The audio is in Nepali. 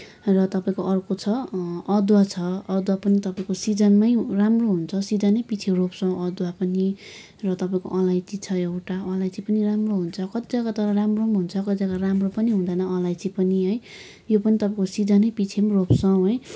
र तपाईँको अर्को छ अदुवा छ अदुवा पनि तपाईँको सिजनमै राम्रो हुन्छ सिजनैपछि रोप्छौँ अदुवा पनि र तपाईँको अलैँची छ एउटा अलैँची पनि राम्रो हुन्छ कति जग्गा तर राम्रो पनि हुन्छ कति जग्गा राम्रो पनि हुँदैन अलैँची पनि है यो पनि तपाईँको सिजनैपछि पनि रोप्छौँ है